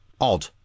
odd